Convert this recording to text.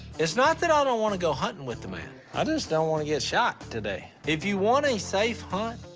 it's not that i don't want to go hunting with the man. i just don't wanna get shot today. if you want a safe hunt,